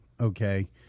okay